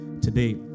today